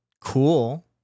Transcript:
cool